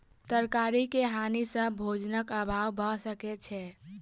तरकारी के हानि सॅ भोजनक अभाव भअ सकै छै